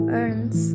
earns